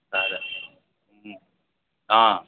సరే